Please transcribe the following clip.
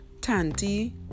Tanti